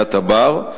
חיית הבר,